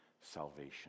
salvation